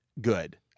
good